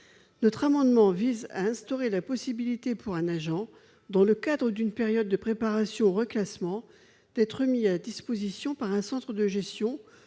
Notre amendement vise à instaurer la possibilité pour un agent, dans le cadre d'une période de préparation au reclassement, d'être mis à disposition par un centre de gestion